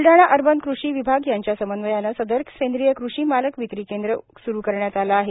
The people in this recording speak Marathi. बुलडाणा अर्बन कृषी विभाग यांच्या समन्वयाने सदर सेंद्रिय कृषी मालक विक्री केंद्र सुरू करण्यात आले आहेत